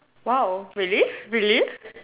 !wow! really really